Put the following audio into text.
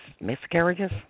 miscarriages